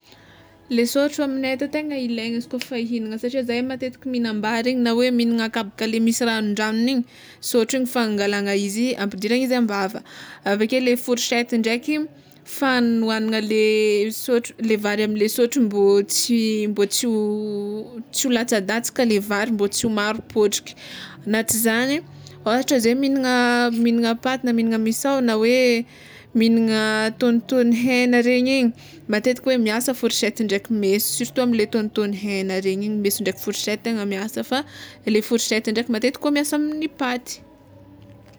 Le sotro aminay atô tegna ilaigna izy kôfa mihignagna satria matetiky mihignam-bary igny na mihignana kabaka le misy ranondranony igny sotro igny fangalana izy igny ampidirana izy am-bava, aveke le fourchety ndreky fanohagnana le sotro le vary amle sotro mbô tsy ho tsy ho latsadatsaka le vary mba tsy ho maro potraky, na tsy zany ôhatra zay mihignagna mihignagna paty na mihignagna misao na hoe mihignagna tônotôno hegna regny igny, matetika hoe miasa fourchety ndraiky meso surtout amle tônotôno hegna regny igny, meso ndraiky fourchety tegna miasa fa le fourchety ndraiky matetiky koa miasa amy paty.